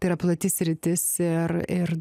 tai yra plati sritis ir ir